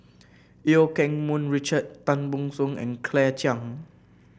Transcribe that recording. Eu Keng Mun Richard Tan Ban Soon and Claire Chiang